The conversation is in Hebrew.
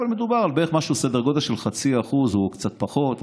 אבל מדובר על סדר גודל של 0.5% או קצת פחות,